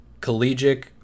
collegiate